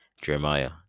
Jeremiah